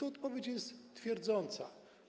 Odpowiedź jest twierdząca.